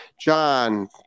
John